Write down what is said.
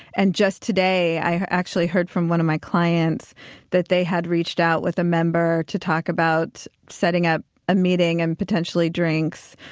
and just today, i actually heard from one of my clients that they had reached out with a member to talk about setting up a meeting, and potentially drinks,